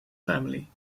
family